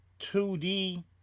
2D